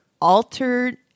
altered